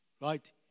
Right